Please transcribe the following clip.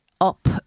up